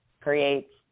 creates